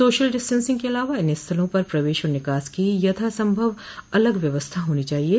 social distancing के अलावा इन स्थलों पर प्रवेश और निकास की यथा संभव अलग व्यवस्था होनी चाहिये